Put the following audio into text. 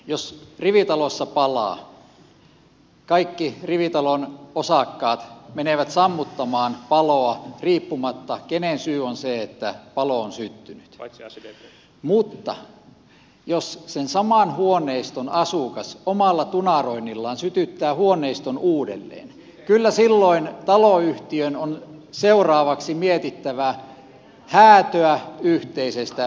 jos rivitalossa palaa kaikki rivitalon osakkaat menevät sammuttamaan paloa riippumatta kenen syy on se että palo on syttynyt mutta jos sen saman huoneiston asukas omalla tunaroinnillaan sytyttää huoneiston uudelleen kyllä silloin taloyhtiön on seuraavaksi mietittävä häätöä yhteisestä yhtiöstä